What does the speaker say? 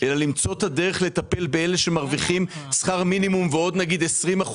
אלא למצוא את הדרך לטפל באלה שמרוויחים שכר מינימום ועוד 20%,